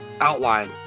outline